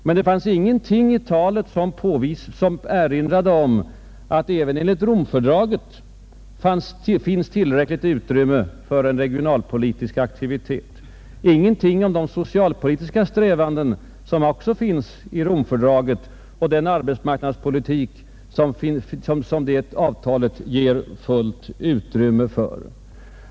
Men det var ingenting i talet som klargjorde att även enligt Romfördraget lämnas tillräckligt utrymme för en regionalpolitisk aktivitet. Där fanns heller ingenting om de socialpolitiska strävanden som inryms i Romfördraget eller om den arbetsmarknadspolitik som avtalet ger fullt utrymme för.